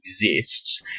exists